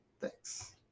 Thanks